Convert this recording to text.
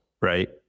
Right